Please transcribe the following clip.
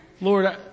Lord